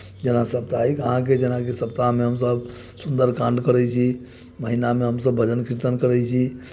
जेना सप्ताहिक अहाँके जेना जे सप्ताहमे हमसभ सुन्दरकाण्ड पढ़ै छी महीनामे हमसभ भजन कीर्तन करै छी